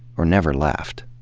or never left.